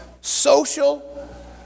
social